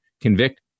convict